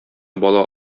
бала